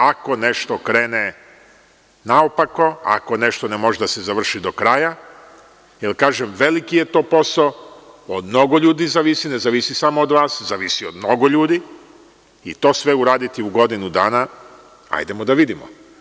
Ako nešto krene naopako, ako nešto ne može da se završi do kraja, jer kažem, veliki je to posao, od mnogo ljudi zavisi, ne zavisi samo od vas, zavisi od mnogo ljudi i to sve uraditi u godini dana, hajde da vidimo.